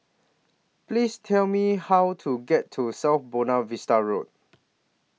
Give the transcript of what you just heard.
Please Tell Me How to get to South Buona Vista Road